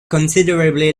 considerably